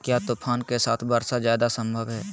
क्या तूफ़ान के साथ वर्षा जायदा संभव है?